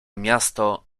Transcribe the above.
miasto